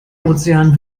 ozean